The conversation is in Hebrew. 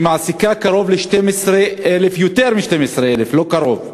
שמעסיקה קרוב ל-12,000, יותר מ-12,000, לא קרוב,